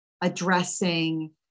addressing